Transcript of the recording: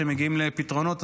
כשמגיעים לפתרונות,